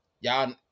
Y'all